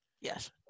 Yes